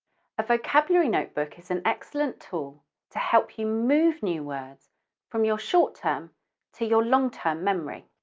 a vocabulary notebook is an excellent tool to help you move new words from your short-term to your long-term memory.